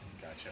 Gotcha